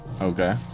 okay